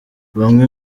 bamwe